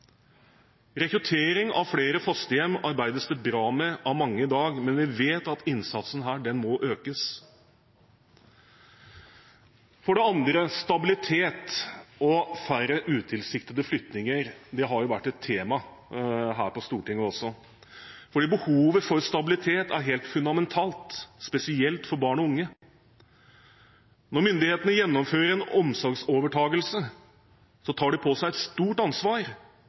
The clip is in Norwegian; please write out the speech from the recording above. Rekruttering av flere fosterhjem arbeides det bra med av mange i dag, men vi vet at innsatsen her må økes. For det andre: Stabilitet og færre utilsiktede flyttinger har vært et tema her på Stortinget også, fordi behovet for stabilitet er helt fundamentalt, spesielt for barn og unge. Når myndighetene gjennomfører en omsorgsovertakelse, tar de på seg et stort ansvar